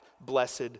blessed